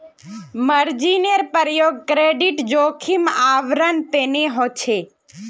मार्जिनेर प्रयोग क्रेडिट जोखिमेर आवरण तने ह छे